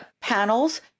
panels